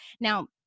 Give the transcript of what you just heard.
Now